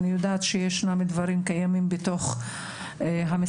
אני יודעת שישנם דברים שקיימים בתוך המשרדים.